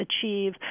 achieve